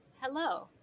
hello